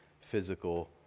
physical